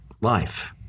life